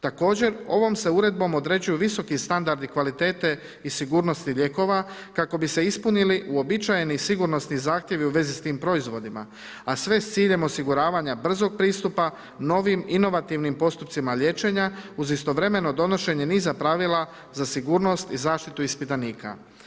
Također ovom se uredbom određuju visoki standardi kvalitete i sigurnosti lijekova kako bi se ispunili uobičajeni sigurnosni zahtjevi u vezi s tim proizvodima, a sve s ciljem osiguravanja brzog pristupa novim, inovativnim postupcima liječenja uz istovremeno donošenje niza pravila za sigurnost i zaštitu ispitanika.